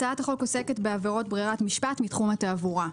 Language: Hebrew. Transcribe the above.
הצעת החוק עוסקת בעבירות ברירת משפט מתחום התעבורה.